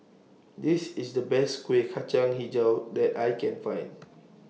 This IS The Best Kueh Kacang Hijau that I Can Find